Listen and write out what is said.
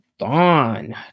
on